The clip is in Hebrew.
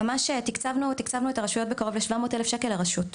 תקצבנו את הרשויות בקרוב ל-700 אלפי שקלים לרשות.